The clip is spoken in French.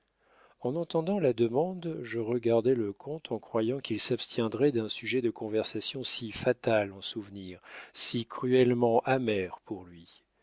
en entendant la demande je regardai le comte en croyant qu'il s'abstiendrait d'un sujet de conversation si fatal en souvenirs si cruellement amer pour lui